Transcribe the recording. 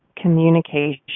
communication